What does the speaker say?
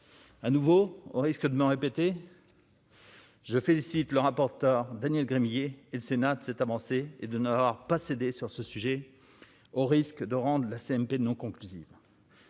à nouveau, au risque de me répéter. Je félicite le rapporteur Daniel Gremillet, et le Sénat de cette avancée et de nord pas céder sur ce sujet, au risque de rendent la CMP non conclusive.